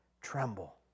tremble